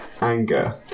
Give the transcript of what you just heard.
anger